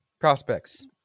Prospects